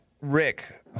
Rick